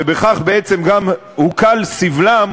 וכך בעצם הוקל גם סבלם,